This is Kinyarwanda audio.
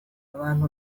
abantu